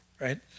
right